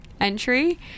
entry